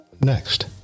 next